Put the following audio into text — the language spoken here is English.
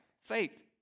Faith